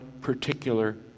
particular